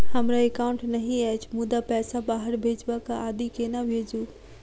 हमरा एकाउन्ट नहि अछि मुदा पैसा बाहर भेजबाक आदि केना भेजू?